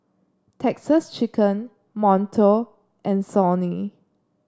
Texas Chicken Monto and Sony